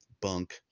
bunk